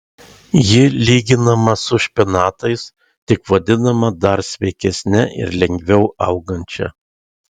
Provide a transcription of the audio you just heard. ji lyginama su špinatais tik vadinama dar sveikesne ir lengviau augančia